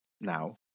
now